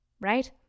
right